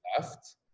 left